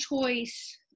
choice